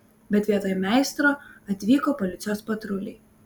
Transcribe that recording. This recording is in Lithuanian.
bet vietoj meistro atvyko policijos patruliai